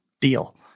deal